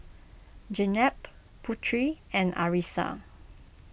Jenab Putri and Arissa